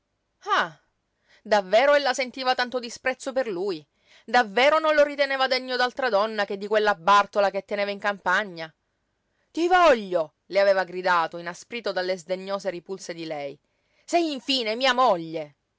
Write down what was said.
davvero ella sentiva tanto disprezzo per lui davvero non lo riteneva degno d'altra donna che di quella bàrtola che teneva in campagna ti voglio le aveva gridato inasprito dalle sdegnose ripulse di lei sei infine mia moglie